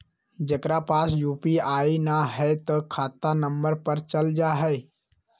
जेकरा पास यू.पी.आई न है त खाता नं पर चल जाह ई?